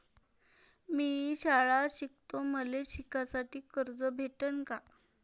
मी शाळा शिकतो, मले शिकासाठी कर्ज भेटन का?